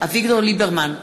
אביגדור ליברמן,